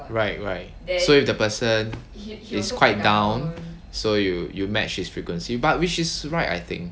right right so if the person is quite down so you you match this frequency but which is right I think